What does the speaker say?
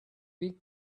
big